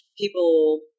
People